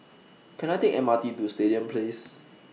Can I Take The M R T to Stadium Place